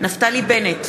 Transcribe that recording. נפתלי בנט,